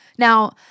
Now